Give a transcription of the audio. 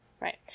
Right